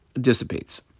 dissipates